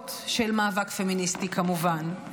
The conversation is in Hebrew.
ארוכות של מאבק פמיניסטי, כמובן.